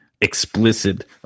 explicit